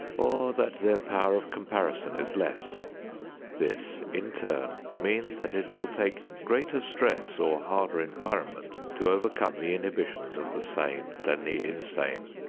or that their power of comparison is less this, in turn, means that it will take greater stress or harder environment to overcome the inhibitions of the sane than the insane.